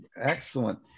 excellent